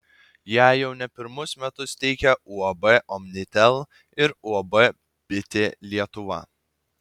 ją jau ne pirmus metus teikia uab omnitel ir uab bitė lietuva